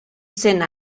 cent